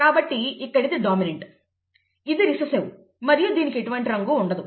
కాబట్టి ఇక్కడ ఇది డామినెంట్ ఇది రిసెసివ్ మరియు దీనికి ఎటువంటి రంగు ఉండదు